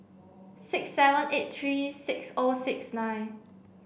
six seven eight three six O six nine